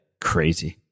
crazy